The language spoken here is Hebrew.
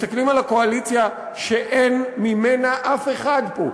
מסתכלים על הקואליציה שאין ממנה אף אחד פה,